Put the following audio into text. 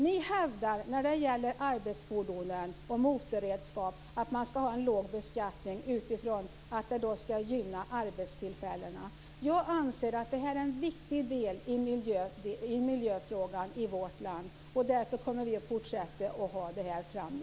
Ni hävdar när det gäller arbetsfordon och motorredskap att man skall ha en låg beskattning utifrån att det då skall gynna arbetstillfällena. Jag anser att det här är en viktig del i miljöfrågan i vårt land. Därför kommer vi att fortsätta med detta framdeles.